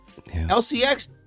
lcx